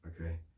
Okay